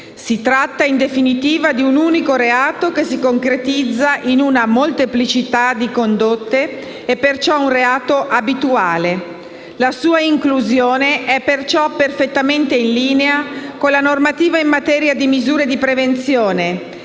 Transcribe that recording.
Si tratta, in definitiva di un unico reato che si concretizza in una molteplicità di condotte, ed è perciò un reato abituale. La sua inclusione è perciò perfettamente in linea con la normativa in materia di misure di prevenzione